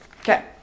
okay